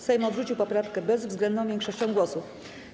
Sejm odrzucił poprawkę bezwzględną większością głosów.